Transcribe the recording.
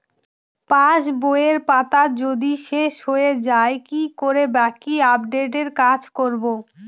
পাসবইয়ের পাতা যদি শেষ হয়ে য়ায় কি করে বাকী আপডেটের কাজ করব?